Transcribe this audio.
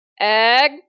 Egg